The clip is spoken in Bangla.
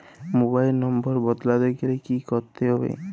মোবাইল নম্বর বদলাতে গেলে কি করতে হবে?